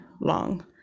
long